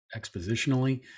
expositionally